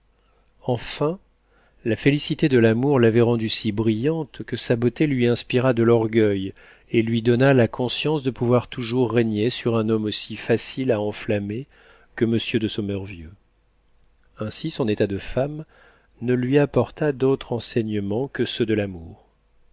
enfin la félicité de l'amour l'avait rendue si brillante que sa beauté lui inspira de l'orgueil et lui donna la conscience de pouvoir toujours régner sur un homme aussi facile à enflammer que monsieur de sommervieux ainsi son état de femme ne lui apporta d'autres enseignements que ceux de l'amour